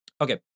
Okay